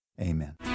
amen